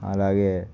అలాగే